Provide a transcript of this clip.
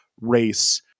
Race